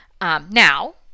Now